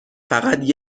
فقط